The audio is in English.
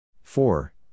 four